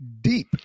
deep